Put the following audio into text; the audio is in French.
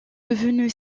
devenu